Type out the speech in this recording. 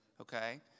Okay